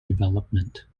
development